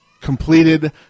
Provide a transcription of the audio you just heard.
Completed